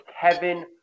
Kevin